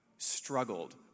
struggled